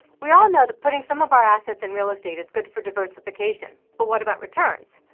we all know that putting some of our assets in real estate is good for diversification. but what about returns?